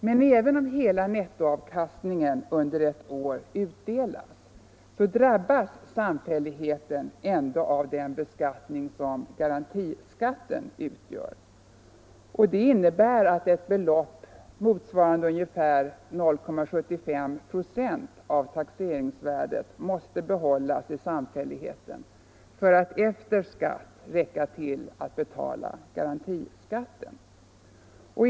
Men även om hela nettoavkastningen under ett år utdelas så drabbas samfälligheten ändå av den beskattning som garantiskatten utgör. Det innebär att ett belopp motsvarande ungefär 0,75 96 av taxeringsvärdet måste behållas i samfälligheten för att efter skatt räcka till att betala garantiskatten.